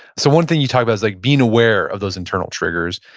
so one thing you talk about is like being aware of those internal triggers,